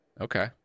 Okay